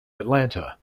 atlanta